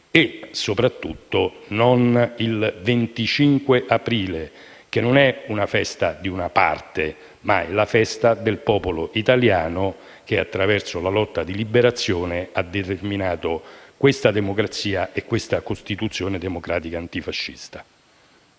e soprattutto non il giorno del 25 aprile, che non è la festa di una parte, ma la festa del popolo italiano, che attraverso la lotta di liberazione ha determinato questa democrazia e questa Costituzione democratica antifascista.